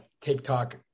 TikTok